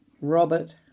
Robert